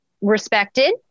respected